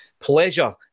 pleasure